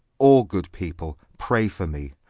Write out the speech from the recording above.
all good people pray for me,